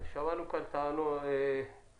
שמענו כאן, ובצדק